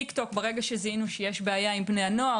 טיק טוק ברגע שזיהינו שיש בעיה עם בני הנוער